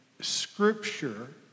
scripture